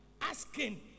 asking